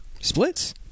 Splits